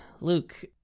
Luke